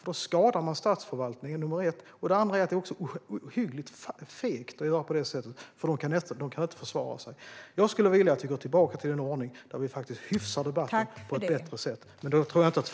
För det första skadar det statsförvaltningen, och för det andra är det ohyggligt fegt att göra på det sättet. De kan nämligen inte försvara sig. Jag skulle vilja att vi gick tillbaka till en ordning där vi faktiskt hyfsar debatten på ett bättre sätt.